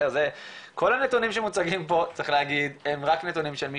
זה כל הנתונים שמוצגים פה צריך להגיד פה הם רק נתונים של מי